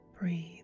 breathe